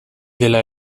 dela